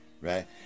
right